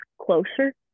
closer